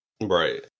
Right